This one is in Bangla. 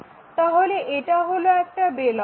তাহলে এটা হলো একটা বেলন